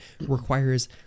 requires